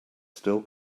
still